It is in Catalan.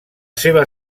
seva